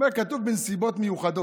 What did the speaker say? הוא אומר: כתוב בנסיבות מיוחדות.